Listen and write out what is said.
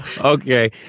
Okay